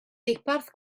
deuparth